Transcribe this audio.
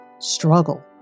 struggle